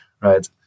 right